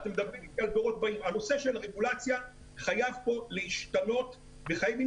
הנושא של הרגולציה חייב כאן להשתנות וחייבים